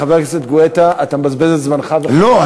חבר הכנסת גואטה, אתה מבזבז את זמנך, לא.